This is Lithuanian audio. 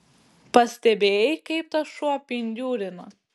pastebėjai kaip tas šuo pindiūrina